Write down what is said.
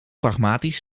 pragmatisch